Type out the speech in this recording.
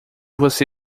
você